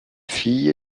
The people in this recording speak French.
fille